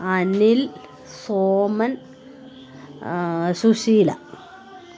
Anil Soman Susheela